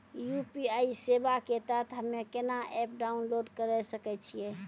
UPI सेवा के तहत हम्मे केना एप्प डाउनलोड करे सकय छियै?